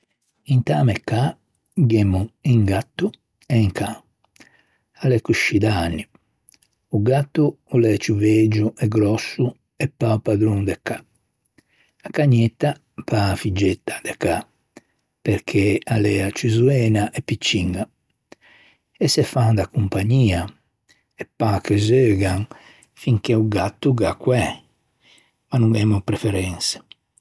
Inta mæ cà gh'emmo un gatto e un can. A l'é coscì da anni. O gatto o l'é ciù vëgio e grosso e pâ o padron de cà. A cagnetta pâ a figgetta de cà perché a l'é a ciù zoena e picciña e se fan da compagnia e pâ che zeugan fin che o gatto o gh'à coæ ma no gh'emmo preferense.